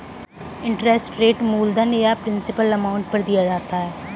interest rate मूलधन या principal amount पर दिया जाता है